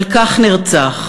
על כך נרצח,